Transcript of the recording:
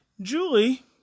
Julie